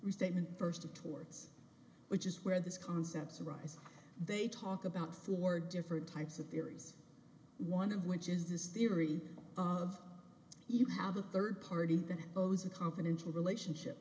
restatement first of torts which is where these concepts arise they talk about four different types of errors one of which is this theory of you have a third party that owes a confidential relationship